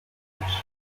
english